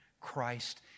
Christ